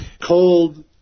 Cold